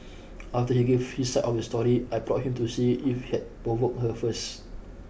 after he gave his side of the story I probed him to see if he had provoked her first